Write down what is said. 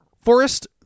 forest